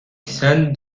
xian